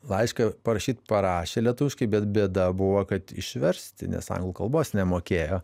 laišką parašyt parašė lietuviškai bet bėda buvo kad išversti nes anglų kalbos nemokėjo